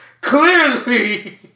clearly